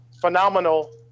phenomenal